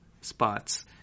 spots